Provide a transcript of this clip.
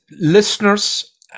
listeners